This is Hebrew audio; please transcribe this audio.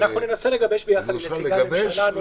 ננסה לגבש נוסח ביחד עם נציגי הממשלה.